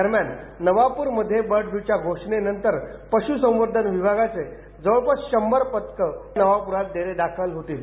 दरम्यान नवापूर मध्ये बर्डप्ल्यूच्या घोषणेनंतर पशुसंवर्धन विभागाचे जवळपास शंभर पथक नवापूरात डेरेदाखल होतील